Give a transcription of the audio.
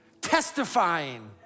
testifying